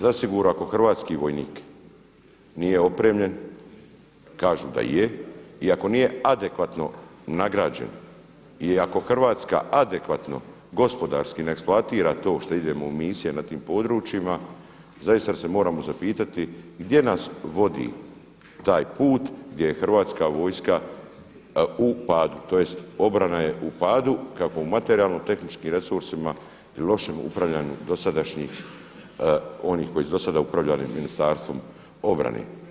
Zasigurno ako hrvatski vojnik nije opremljen, kažu da je i ako nije adekvatno nagrađen i ako Hrvatska adekvatno gospodarski ne eksploatira to što idemo u misije na tim područjima zaista se moramo zapitati gdje nas vodi taj put gdje je Hrvatska vojska u padu, tj. obrana je u padu, tako u materijalno, tehničkim resursima i lošem upravljanju dosadašnjih, oni koji su do sada upravljali Ministarstvom obrane.